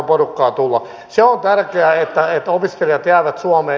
se on tärkeää että opiskelijat jäävät suomeen